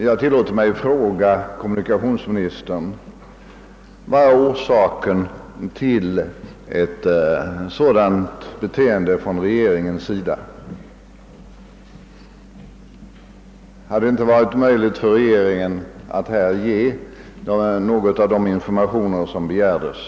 Jag tillåter mig fråga kommunikationsministern: Vad är orsaken till ett sådant beteende från regeringens sida? Hade det inte varit möjligt för regeringen att före beslutet lämna några av de informationer som begärdes?